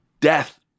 death